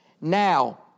Now